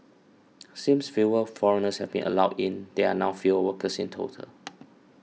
since fewer foreigners have been allowed in there now fewer workers in total